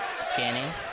scanning